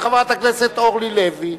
חברת הכנסת אורלי לוי.